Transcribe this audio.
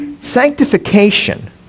sanctification